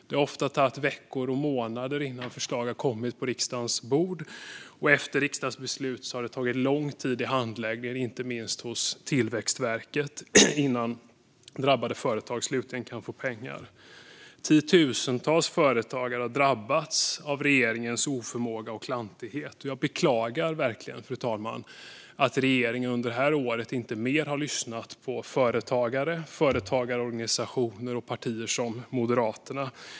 Det har ofta tagit veckor och månader innan ett förslag lagts på riksdagens bord. Efter riksdagsbeslut har handläggningstiden varit lång, inte minst hos Tillväxtverket, innan drabbade företag slutligen har fått pengarna. Tiotusentals företagare har drabbats av regeringens oförmåga och klantighet. Jag beklagar verkligen att regeringen under detta år inte har lyssnat mer på företagare, företagarorganisationer och partier som Moderaterna.